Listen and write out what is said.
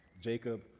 jacob